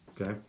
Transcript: okay